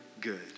good